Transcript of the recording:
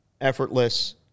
effortless